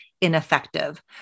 ineffective